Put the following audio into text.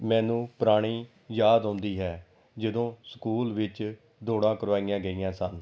ਮੈਨੂੰ ਪੁਰਾਣੀ ਯਾਦ ਆਉਂਦੀ ਹੈ ਜਦੋਂ ਸਕੂਲ ਵਿੱਚ ਦੌੜਾਂ ਕਰਵਾਈਆਂ ਗਈਆਂ ਸਨ